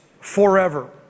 forever